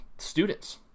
Students